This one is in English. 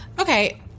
Okay